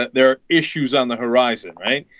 they're issues on the horizon right